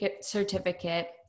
certificate